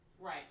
Right